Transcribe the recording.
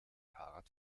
fahrrad